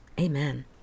Amen